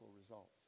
results